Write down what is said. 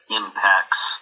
impacts